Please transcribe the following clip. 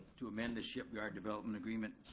to amend the shipyard development agreement.